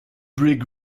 brick